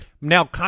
Now